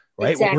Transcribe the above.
Right